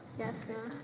yes, no?